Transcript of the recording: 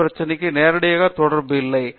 D பிரச்சனைக்கும் நேரடியாக தொடர்பு இல்லை